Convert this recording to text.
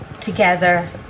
together